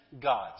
God